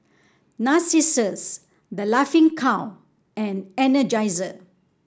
Narcissus The Laughing Cow and Energizer